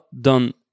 done